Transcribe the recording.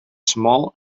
small